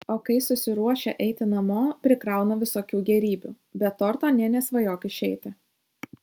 o kai susiruošia eiti namo prikrauna visokių gėrybių be torto nė nesvajok išeiti